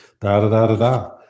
Da-da-da-da-da